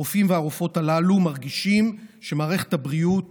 הרופאים והרופאות הללו מרגישים שמערכת הבריאות